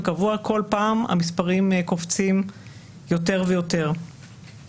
המשפט וכל מיני סיבות אחרות משפיע על כלכלה במשבר ויוקר מחיה מטפס